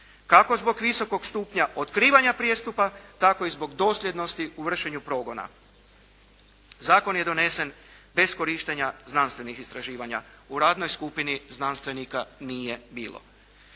kako zbog visokog stupnja otkrivanja prijestupa, tako i zbog dosljednosti u vršenju progona. Zakon je donesen bez korištenja znanstvenih istraživanja. U radnoj skupini znanstvenika nije bilo.